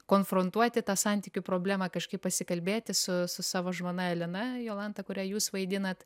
konfrontuoti tą santykių problemą kažkaip pasikalbėti su su savo žmona elena jolanta kurią jūs vaidinat